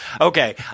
Okay